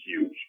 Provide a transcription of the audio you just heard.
huge